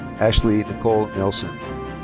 ashley nicole nelson.